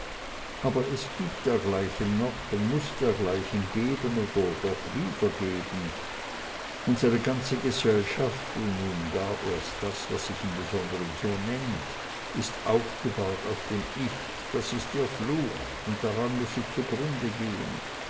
aber es gibt dergleichen noch es muß dergleichen geben oder doch wieder geben unsre ganze gesellschaft und nun gar erst das was sich im besonderen so nennt ist aufgebaut auf dem ich das ist ihr fluch und daran muß sie zugrunde gehen